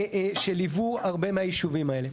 שליוו הרבה מהישובים האלה.